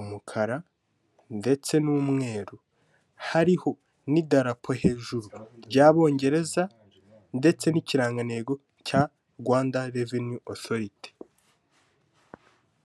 umukara ndetse n'umweru, hariho n'idarapo hejuru ry'abongereza ndetse n'ikirangantego cya Rwanda Revenue Autority.